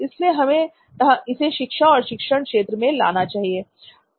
इसीलिए हम इसे शिक्षा और शिक्षण के क्षेत्र में लाना चाहते हैं